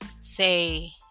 say